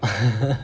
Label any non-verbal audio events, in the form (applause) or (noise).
(laughs)